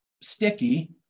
sticky